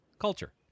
culture